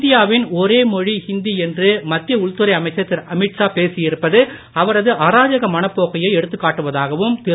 இந்தியாவில் ஒரே மொழி ஹிந்தி என்று மத்திய உள்துறை அமைச்சர் திரு அமித்ஷா பேசியிருப்பது அவரது அராஜக மனபோக்கையே எடுத்துக் காட்டுவதாகவும் திரு